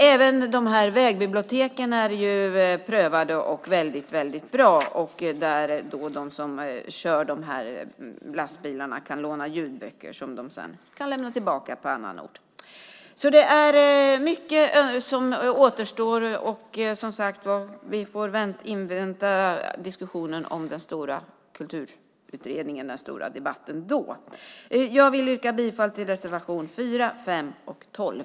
Även vägbiblioteken är prövade och väldigt bra. Där kan de som kör lastbil låna ljudböcker som de sedan kan lämna tillbaka på annan ort. Det är mycket som återstår, och vi får som sagt var invänta den stora debatten om Kulturutredningen. Jag vill yrka bifall till reservation 4, 5 och 12.